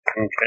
Okay